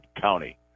county